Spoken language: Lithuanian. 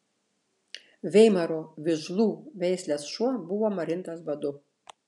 veimaro vižlų veislės šuo buvo marintas badu